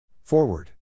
Forward